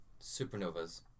supernovas